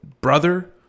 brother